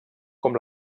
com